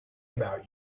about